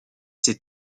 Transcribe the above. ses